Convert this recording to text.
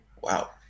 Wow